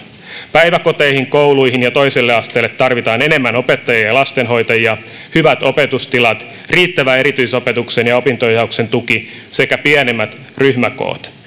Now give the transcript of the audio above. päiväkoteihin kouluihin ja toiselle asteelle tarvitaan enemmän opettajia ja lastenhoitajia hyvät opetustilat riittävä erityisopetuksen ja ja opinto ohjauksen tuki sekä pienemmät ryhmäkoot